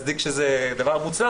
נעשה בעבר זה לא מצדיק שזה דבר מוצלח,